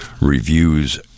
reviews